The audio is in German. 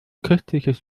köstliches